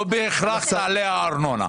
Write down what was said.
לא בהכרח תעלה הארנונה.